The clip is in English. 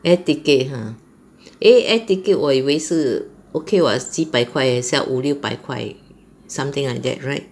air ticket !huh! eh air ticket 我以为是 okay [what] 几百块而已四五六百块 something like that right